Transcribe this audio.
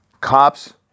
cops